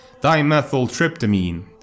dimethyltryptamine